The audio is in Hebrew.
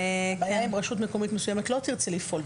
הבעיה מה קורה כשרשות מקומית לא תרצה לפעול.